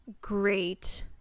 great